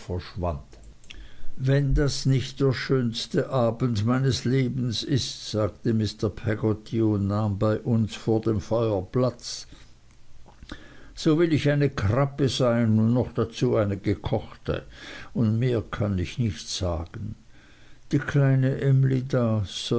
verschwand wenn das nicht der schönste abend meines lebens ist sagte mr peggotty und nahm bei uns vor dem feuer platz so will ich eine krabbe sein und noch dazu eine gekochte und mehr kann ich nicht sagen die kleine emly